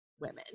Women